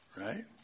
right